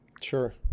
sure